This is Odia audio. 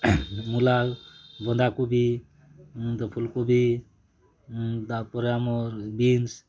ମୂଲା ବନ୍ଧାକୋବି ଫୁଲକୋବି ତାପରେ ଆମର୍ ବିନ୍ସ୍